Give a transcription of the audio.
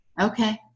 Okay